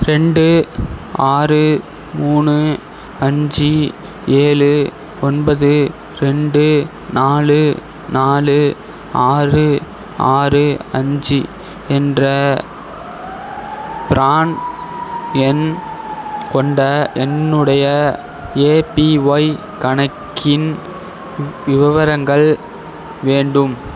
ரெண்டு ஆறு மூணு அஞ்சு ஏழு ஒன்பது ரெண்டு நாலு நாலு ஆறு ஆறு அஞ்சு என்ற ப்ரான் எண் கொண்ட என்னுடைய ஏபிஒய் கணக்கின் விவரங்கள் வேண்டும்